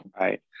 Right